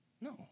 No